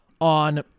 on